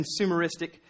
consumeristic